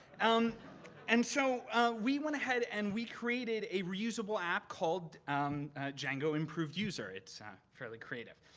um and so we went ahead and we created a reusable app called django improved user. it's fairly creative.